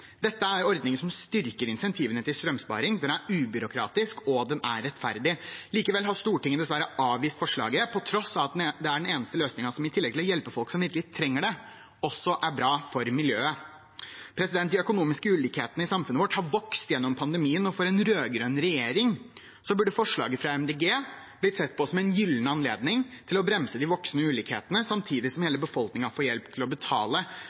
Dette er en ordning som styrker incentivene til strømsparing, den er ubyråkratisk, og den er rettferdig. Likevel har Stortinget dessverre avvist forslaget, på tross av at det er den eneste løsningen som i tillegg til å hjelpe folk som virkelig trenger det, er bra for miljøet. De økonomiske ulikhetene i samfunnet vårt har vokst gjennom pandemien, og for en rød-grønn regjering burde forslaget fra Miljøpartiet De Grønne blitt sett på som en gyllen anledning til å bremse de voksende ulikhetene, samtidig som hele befolkningen får hjelp til å betale